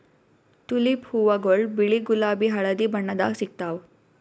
tulip ಹೂವಾಗೊಳ್ ಬಿಳಿ ಗುಲಾಬಿ ಹಳದಿ ಬಣ್ಣದಾಗ್ ಸಿಗ್ತಾವ್